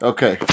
Okay